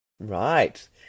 Right